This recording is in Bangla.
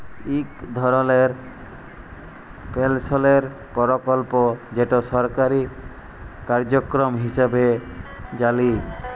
ইক ধরলের পেলশলের পরকল্প যেট সরকারি কার্যক্রম হিঁসাবে জালি